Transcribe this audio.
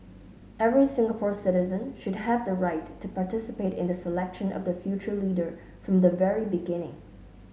every Singapore citizen should have the right to participate in the selection of their future leader from the very beginning